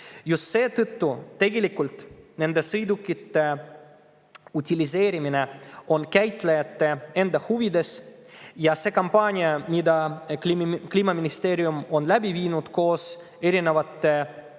Just seetõttu on tegelikult nende sõidukite utiliseerimine käitlejate enda huvides. Ja see kampaania, mida Kliimaministeerium on läbi viinud koos erinevate käitlejatega,